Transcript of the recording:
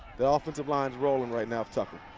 the offensive line is rolling right now for tucker.